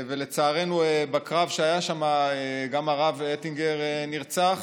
ולצערנו בקרב שהיה שם גם הרב אטינגר נרצח